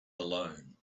alone